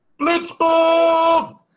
Blitzball